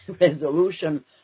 resolution